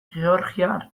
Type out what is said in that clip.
georgiar